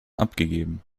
abgegeben